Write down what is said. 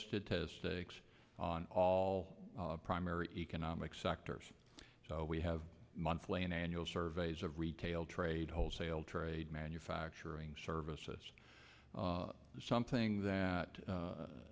statistics on all primary economic sectors we have monthly and annual surveys of retail trade wholesale trade manufacturing services something that